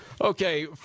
Okay